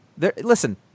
Listen